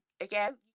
again